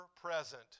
present